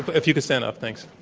if you could stand up, thanks.